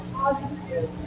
positive